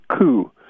coup